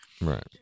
Right